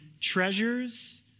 treasures